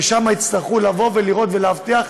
ושם יצטרכו לראות ולהבטיח,